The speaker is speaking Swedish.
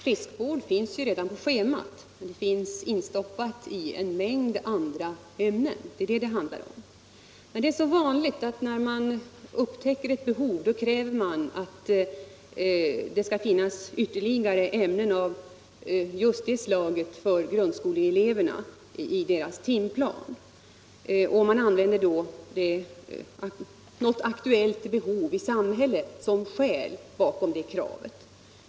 Tisdagen den Herr talman! Friskvård finns redan på schemat, men integrerat i en Söka för Men det är alltför vanligt att riksdagsledamöter, när man upptäcker Om försöksverkett behov, kräver att det skall finnas ett ytterligare ämne inom just det samhet med området i grundskoleelevernas timplan. Man använder då något aktuellt ”friskvård” som behov i samhället som skäl för sitt krav.